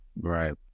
Right